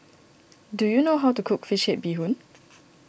do you know how to cook Fish Head Bee Hoon